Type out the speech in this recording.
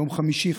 ביום חמישי,